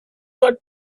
got